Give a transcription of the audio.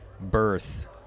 birth